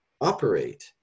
operate